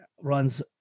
runs